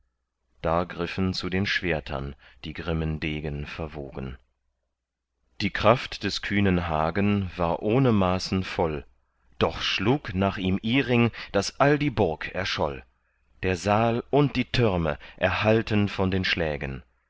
da griffen zu den schwertern die grimmen degen verwogen die kraft des kühnen hagen war ohne maßen voll doch schlug nach ihm iring daß all die burg erscholl der saal und die türme erhallten von den schlägen